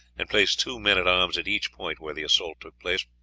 and place two men-at-arms at each point where the assault took place.